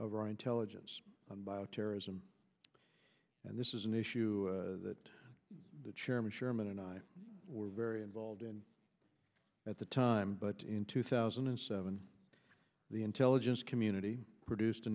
of our intelligence bioterrorism and this is an issue that the chairman chairman and i were very involved in at the time but in two thousand and seven the intelligence community produced a